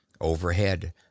Overhead